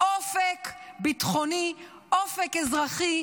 אופק ביטחוני, אופק אזרחי,